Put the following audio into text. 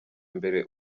imbere